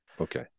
Okay